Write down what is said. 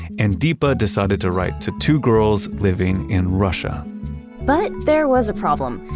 and deepa decided to write to two girls living in russia but there was a problem.